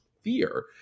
fear